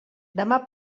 demà